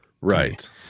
Right